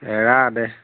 এৰা দে